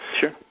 Sure